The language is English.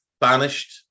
banished